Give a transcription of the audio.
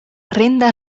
renda